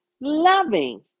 loving